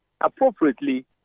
appropriately